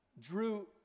Drew